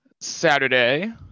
Saturday